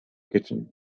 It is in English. kitchen